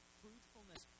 fruitfulness